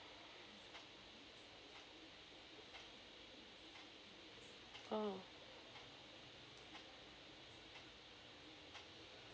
oh